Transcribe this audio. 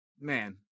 Man